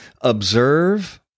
observe